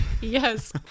Yes